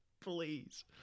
Please